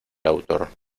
autor